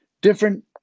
different